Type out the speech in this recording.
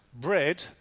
bread